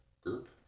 group